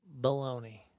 baloney